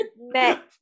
met